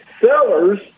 sellers